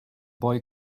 boy